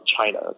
China